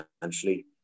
financially